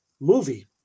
movie